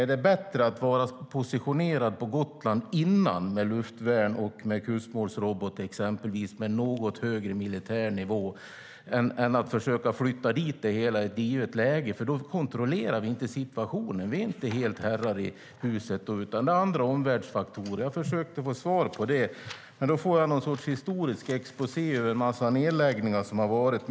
Är det bättre att vara positionerad på Gotland innan - med luftvärn och med kustmålsrobot och med något högre militär nivå - än att försöka att flytta dit det hela i ett givet läge? Då kontrollerar vi inte situationen. Vi är inte helt herrar i huset, utan det är andra omvärldsfaktorer som gäller. Jag försökte få svar på det, men då fick jag någon sorts historisk exposé över en massa nedläggningar som har skett.